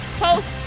post